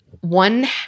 one